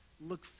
look